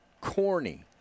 corny